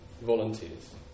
volunteers